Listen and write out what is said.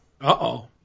Uh-oh